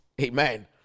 amen